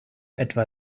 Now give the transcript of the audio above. etwa